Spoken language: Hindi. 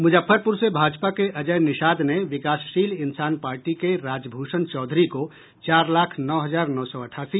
मुजफ्फरपुर से भाजपा के अजय निषाद ने विकासशील इंसान पार्टी के राज भूषण चौधरी को चार लाख नौ हजार नौ सौ अठासी